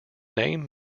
name